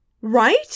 right